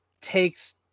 takes